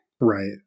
Right